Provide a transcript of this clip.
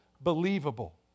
believable